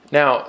now